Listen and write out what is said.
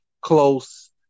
close